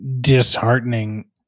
disheartening